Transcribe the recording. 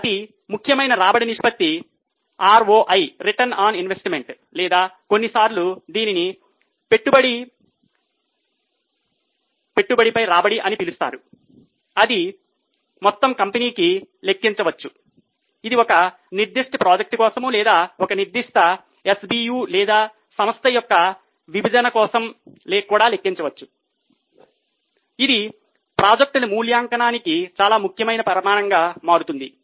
అతి ముఖ్యమైన రాబడి నిష్పత్తి ROI రిటర్న్ ఆన్ ఇన్వెస్ట్మెంట్ లేదా కొన్నిసార్లు దీనిని పెట్టుబడి పెట్టుబడిపై రాబడి అని పిలుస్తారు ఇది మొత్తం కంపెనీకి లెక్కించవచ్చు ఇది ఒక నిర్దిష్ట ప్రాజెక్ట్ కోసం లేదా ఒక నిర్దిష్ట SBU లేదా సంస్థ యొక్క విభజన కోసం కూడా లెక్కించవచ్చు ఇది ప్రాజెక్టుల మూల్యాంకనానికి చాలా ముఖ్యమైన ప్రమాణంగా మారుతుంది